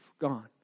gone